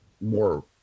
more